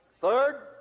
Third